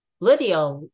Lydia